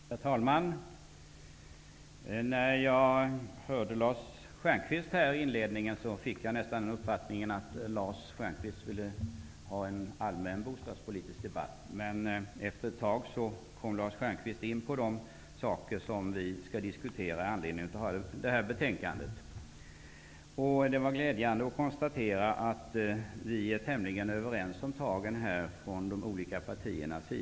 Herr talman! När jag hörde Lars Stjernkvist i inledningen fick jag nästan uppfattningen att han ville ha en allmän bostadspolitisk debatt, men efter ett tag kom han in på de saker som vi skall diskutera med anledning av detta betänkande. Det är glädjande att vi i de olika partierna är tämligen överens om tagen.